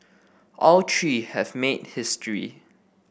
all three have made history